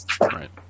Right